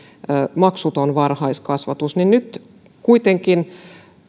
maksuton varhaiskasvatus teette kuitenkin